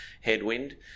headwind